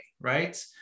right